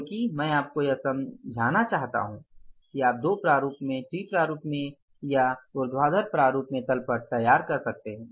क्योंकि मैं आपको यह समझाना चाहता हूं कि आप दो प्रारूप में टी प्रारूप में या ऊर्ध्वाधर प्रारूप में तल पट तैयार कर सकते हैं